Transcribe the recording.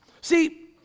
See